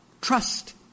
trust